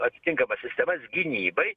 atitinkamas sistemas gynybai